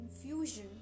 confusion